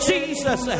Jesus